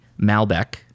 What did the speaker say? Malbec